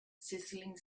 sizzling